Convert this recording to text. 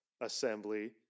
assembly